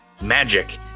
magic